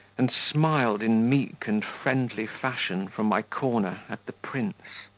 and smiled in meek and friendly fashion from my corner at the prince.